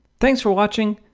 thanks for watching.